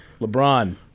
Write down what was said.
LeBron